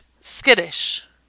skittish